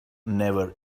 never